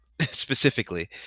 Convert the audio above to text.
specifically